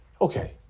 okay